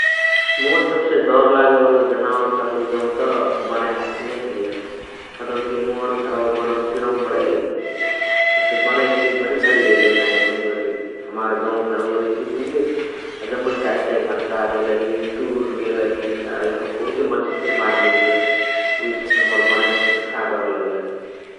मोर सबसे डर लागे वाला जनोरा कहले जौत बनैया हाथी नै हलिय । कतौकी मोर घरवा बनवक तिरवमा बणइ । हसे बनैया हथिया घरी घरी एइलही नाही एतही ओरि । हमार गौवा घरवा ओरि एसिय बुले अ जम्मै काही काही भात्का देलहि, टुर देलही । अ यहाँवा बहुते मन्से फेरी मार्ले बणिय । उहेसे हसे मोर बनैया हथियसे खा डर लगलही ।